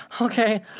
Okay